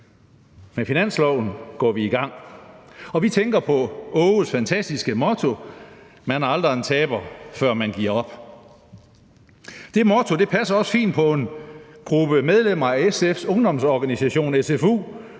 Med finansloven går vi i gang. Og vi tænker på Aages fantastiske motto: Man er aldrig en taber, før man giver op. Det motto passer også fint på en gruppe medlemmer af SF's ungdomsorganisation, SFU,